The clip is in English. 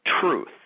truth